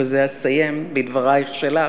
ובזה אסיים, בדברייך שלך: